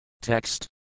Text